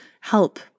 help